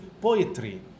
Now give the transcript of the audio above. poetry